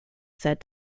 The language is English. said